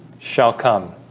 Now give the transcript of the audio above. shall come